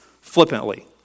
flippantly